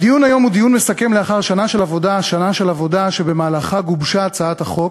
הדיון היום הוא דיון מסכם לאחר שנה של עבודה שבמהלכה גובשה הצעת החוק